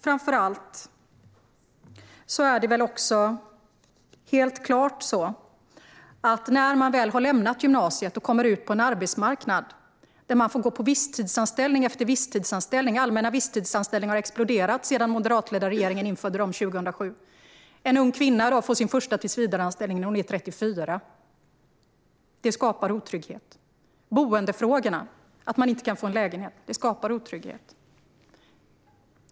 Framför allt är det helt klart så att man när man väl har lämnat gymnasiet kommer ut på en arbetsmarknad där man får gå på visstidsanställning efter visstidsanställning - allmänna visstidsanställningar har exploderat sedan den moderatledda regeringen införde dem 2007. En ung kvinna i dag får sin första tillsvidareanställning när hon är 34. Det skapar otrygghet. Boendefrågorna - att man inte kan få en lägenhet - skapar också otrygghet.